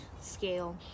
scale